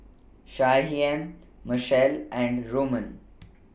Shyheim Machelle and Roman